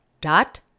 dot